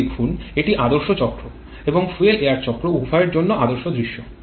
এটি দেখুন এটি আদর্শ চক্র এবং ফুয়েল এয়ার চক্র উভয়ের জন্য আদর্শ দৃশ্য